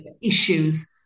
issues